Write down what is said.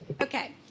Okay